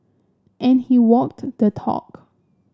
and he walked the talk